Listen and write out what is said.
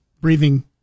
breathing